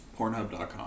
Pornhub.com